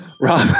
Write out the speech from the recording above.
Rob